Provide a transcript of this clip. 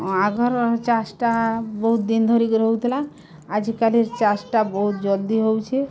ଆଘରର୍ ଚାଷ୍ଟା ବହୁତ୍ ଦିନ୍ ଧରି ହଉଥିଲା ଆଜିକାଲିର୍ ଚାଷ୍ଟା ବହୁତ ଜଲଦି ହଉଛେ